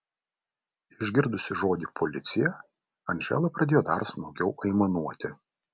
išgirdusi žodį policija andžela pradėjo dar smarkiau aimanuoti